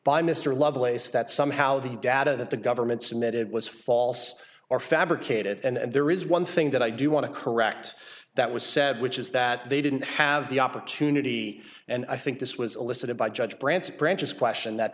by mr lovelace that somehow the data that the government submitted was false or fabricated and there is one thing that i do want to correct that was said which is that they didn't have the opportunity and i think this was elicited by judge brandt's branch's question that